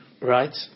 right